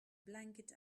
blanket